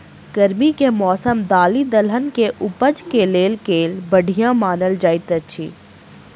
गर्मी केँ मौसम दालि दलहन केँ उपज केँ लेल केल बढ़िया मानल जाइत अछि?